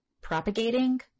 propagating